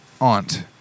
aunt